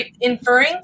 inferring